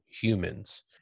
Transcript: humans